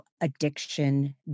addiction